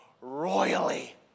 royally